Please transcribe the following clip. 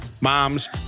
moms